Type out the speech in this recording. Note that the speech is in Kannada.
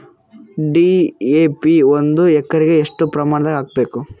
ಡಿ.ಎ.ಪಿ ಒಂದು ಎಕರಿಗ ಎಷ್ಟ ಪ್ರಮಾಣದಾಗ ಹಾಕಬೇಕು?